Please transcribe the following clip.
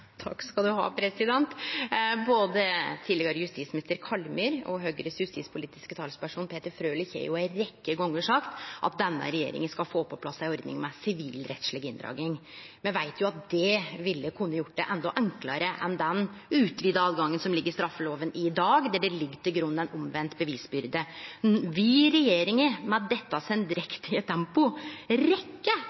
Både tidlegare justisminister Kallmyr og Høgres justispolitiske talsperson Peter Frølich har ei rekkje gonger sagt at denne regjeringa skal få på plass ei ordning med sivilrettsleg inndraging. Me veit jo at det ville kunne gjort det endå enklare enn den utvida åtgangen som ligg i straffeloven i dag, der det ligg til grunn ei omvendt bevisbyrde. Vil regjeringa – med dette